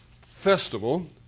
festival